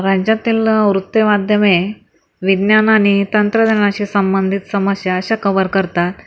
राज्यातील वृत्तमाध्यमे विज्ञान आणि तंत्रज्ञानाशी संबंधित समस्या अशा कव्हर करतात